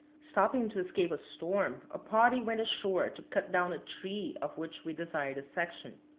stopping to escape a storm, a party went ashore to cut down a tree of which we desired a section.